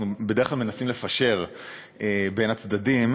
אנחנו בדרך כלל מנסים לפשר בין הצדדים,